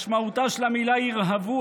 משמעותה של המילה "ירהבו",